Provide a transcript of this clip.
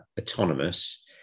autonomous